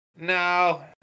No